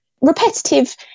Repetitive